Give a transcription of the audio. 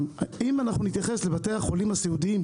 אם נתייחס לבתי החולים הסיעודיים,